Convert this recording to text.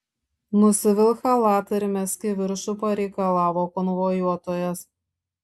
nusivilk chalatą ir mesk į viršų pareikalavo konvojuotojas